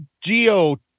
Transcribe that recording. geo